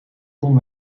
kon